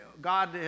God